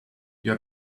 your